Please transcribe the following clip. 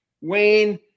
Wayne